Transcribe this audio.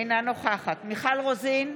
אינה נוכחת מיכל רוזין,